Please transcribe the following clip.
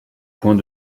point